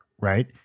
right